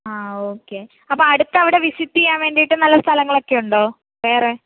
ആ ഓക്കേ അപ്പോൾ അടുത്ത് അവിടെ വിസിറ്റ് ചെയ്യാൻ വേണ്ടിയിട്ട് നല്ല സ്ഥലങ്ങൾ ഒക്കെ ഉണ്ടോ വേറെ